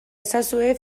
ezazue